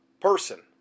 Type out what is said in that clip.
person